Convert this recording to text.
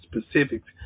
specifics